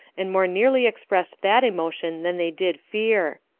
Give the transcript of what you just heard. and more nearly expressed that emotion than they did fear.